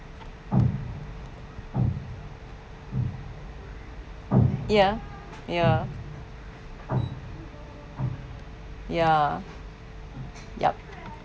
ya ya ya yup